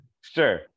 sure